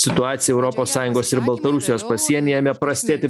situacija europos sąjungos ir baltarusijos pasienyje ėmė prastėti